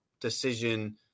decision